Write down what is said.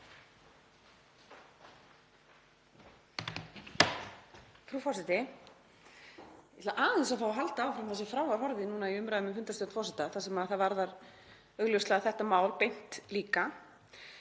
Frú forseti. Ég ætla aðeins að fá að halda áfram þar sem frá var horfið í umræðum um fundarstjórn forseta þar sem það varðar augljóslega þetta mál beint líka.